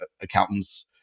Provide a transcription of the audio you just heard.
accountants